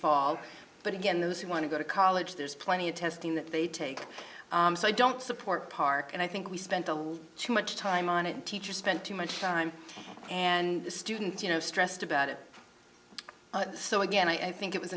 fall but again those who want to go to college there's plenty of testing that they take so i don't support park and i think we spent a little too much time on it and teachers spent too much time and the students you know stressed about it so again i think it was